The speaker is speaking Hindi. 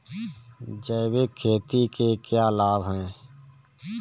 जैविक खेती के क्या लाभ हैं?